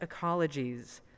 ecologies